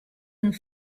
and